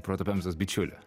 proto pemzos bičiulių